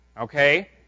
Okay